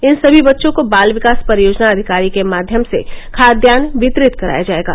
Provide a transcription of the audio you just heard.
इन सभी बच्चों को बाल विकास परियोजना अधिकारी के माध्यम से खाद्यान्न वितरित कराया जायेगा